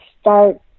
start